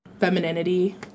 femininity